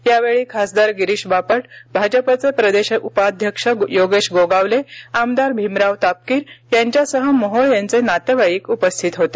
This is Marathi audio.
यावेळी खासदार गिरीष बापट भाजपचे प्रदेश उपाध्यक्ष योगेश गोगावले आमदार भीमराव तापकीर यांच्यासह मोहोळ यांचे नातेवाईक उपस्थित होते